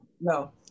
No